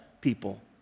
people